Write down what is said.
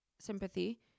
sympathy